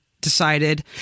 decided